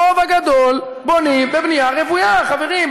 הרוב הגדול בונים בבנייה רוויה, חברים.